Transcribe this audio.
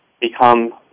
become